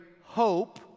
hope